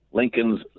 Lincoln's